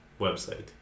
website